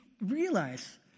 realize